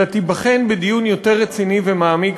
אלא תיבחן בדיון יותר רציני ומעמיק,